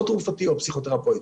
או תרופתי או פסיכותרפי.